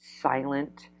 silent